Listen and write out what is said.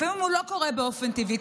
לפעמים הוא לא קורה באופן טבעי,